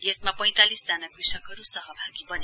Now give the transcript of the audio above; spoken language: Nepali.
यसमा पैंतालिसजना कृषकहरू सहभागी बने